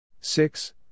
Six